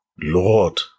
Lord